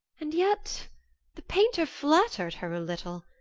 and yet the painter flatter'd her a little,